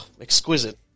Exquisite